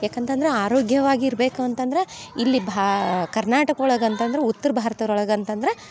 ಯಾಕಂತ ಅಂದ್ರ ಆರೋಗ್ಯವಾಗಿರಬೇಕು ಅಂತಂದ್ರ ಇಲ್ಲಿ ಭಾ ಕರ್ನಾಟಕ ಒಳಗೆ ಅಂತಂದ್ರ ಉತ್ತರ ಭಾರತರೊಳಗ ಅಂತಂದ್ರ